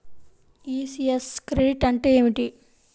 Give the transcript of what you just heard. ECS credit అంటే ఏమిటి?